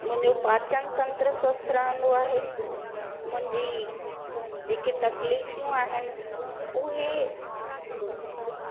मुंहिंजो पाचन तंत्र स्वस्थ रहंदो आहे मुंहिंजी जेके तकलीफ़ूं आहिनि उहे